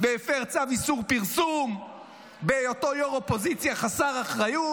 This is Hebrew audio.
והפר צו איסור פרסום בהיותו יו"ר אופוזיציה חסר אחריות.